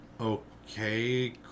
okay